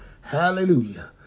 Hallelujah